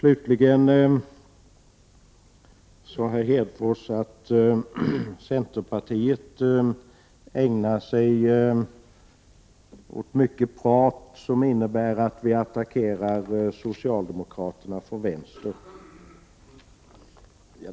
Herr Hedfors sade att centerpartiet ägnar sig åt mycket prat som går ut på att attackera socialdemokraterna från vänster.